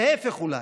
להפך, אולי.